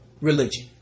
religion